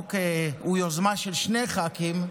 חוק ביוזמה של שני ח"כים,